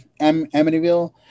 Amityville